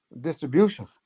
distribution